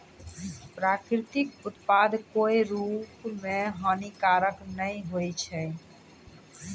प्राकृतिक उत्पाद कोय रूप म हानिकारक नै होय छै